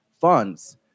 funds